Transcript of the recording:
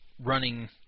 running